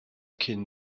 cyn